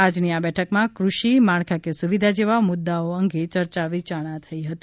આજની આ બેઠકમાં કૃષિ માળખાકીય સુવિધા જેવા મુદ્દાઓ અંગે યર્ચા વિચારણા કરાશે